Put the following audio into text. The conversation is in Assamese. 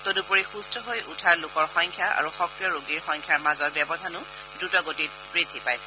তদুপৰি সুম্থ হৈ উঠাৰ সংখ্যা আৰু সক্ৰিয় ৰোগীৰ সংখ্যাৰ মাজৰ ব্যৱধানো দ্ৰুত গতিত বৃদ্ধি হৈছে